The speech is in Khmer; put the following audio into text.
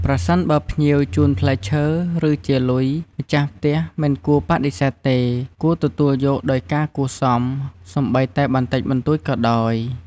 ប្រសិនបើភ្ញៀវជូនផ្លែឈើ ឬ ជាលុយ ម្ចាស់ផ្ទះមិនគួរបដិសេធទេ គួរទទួលយកដោយការគួរសម សូម្បីតែបន្តិចបន្តួចក៏ដោយ។